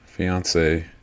Fiance